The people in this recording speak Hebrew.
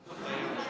בשאלה, כן.